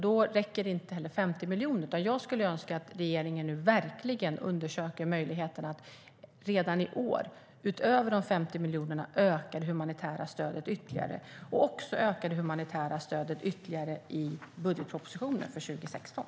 Då räcker det inte med 50 miljoner, utan jag skulle önska att regeringen verkligen undersöker möjligheten att redan i år öka det humanitära stödet ytterligare, utöver de 50 miljonerna, och även öka det humanitära stödet ytterligare i budgetpropositionen för 2016.